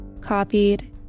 copied